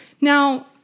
Now